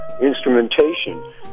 instrumentation